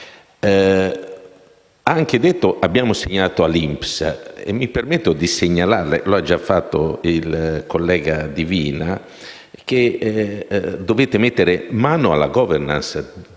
Ha anche detto che avete segnalato all'INPS. Mi permetto di segnalarle - lo ha già fatto il collega Divina - che dovete mettere mano alla *governance* dell'INPS.